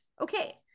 Okay